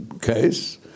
case